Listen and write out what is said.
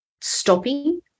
stopping